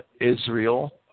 Israel